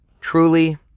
truly